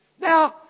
Now